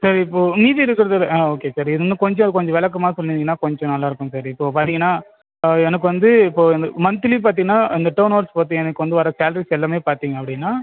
sir இப்போது மீதி இருக்கிறதோட ஆ ஓகே சார் இது இன்னும் கொஞ்சம் கொஞ்சம் விளக்கமாக சொன்னிங்கனால் கொஞ்சம் நல்லா இருக்கும் சார் இப்போது பார்த்தீங்கனா எனக்கு வந்து இப்போது எங் மன்த்லி பார்த்தீங்கனா அந்த டேர்ன் ஓவர்ஸ் பார்த்தீங்க எனக்கு வந்து வர சேலரிஸ் எல்லாமே பார்த்தீங்க அப்படின்னா